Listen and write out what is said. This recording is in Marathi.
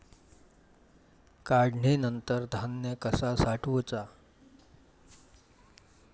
काढणीनंतर धान्य कसा साठवुचा?